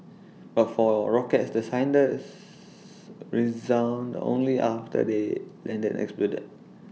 but for rockets the sirens only after they landed and exploded